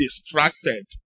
distracted